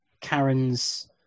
Karen's